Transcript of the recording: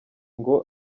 ngo